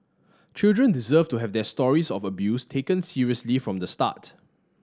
children deserve to have their stories of abuse taken seriously from the start